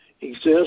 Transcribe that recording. exist